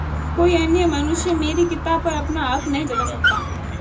कोई अन्य मनुष्य मेरी किताब पर अपना हक नहीं जता सकता